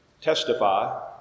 Testify